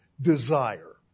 desire